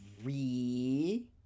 Three